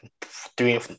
three